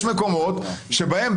יש מקומות שבהם,